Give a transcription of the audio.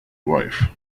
wife